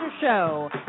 Show